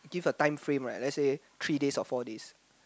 give a time frame ah like let's say three days or four days